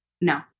no